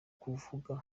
kuvuga